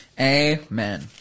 Amen